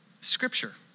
scripture